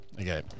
okay